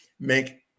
make